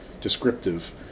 descriptive